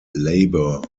labour